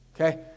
Okay